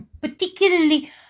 particularly